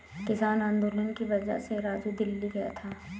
किसान आंदोलन की वजह से राजू दिल्ली गया था